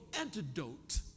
antidote